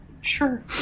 Sure